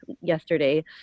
yesterday